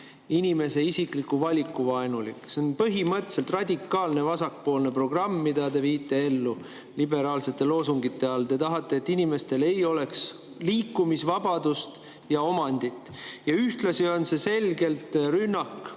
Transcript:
inimese isikliku valiku vaenulik. See on põhimõtteliselt radikaalne vasakpoolne programm, mida te viite ellu liberaalsete loosungite all. Te tahate, et inimestel ei oleks liikumisvabadust ja omandit. Ühtlasi on see selgelt rünnak